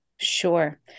Sure